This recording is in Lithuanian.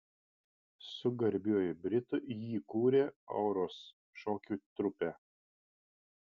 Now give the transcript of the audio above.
su garbiuoju britu jį kūrė auros šokio trupę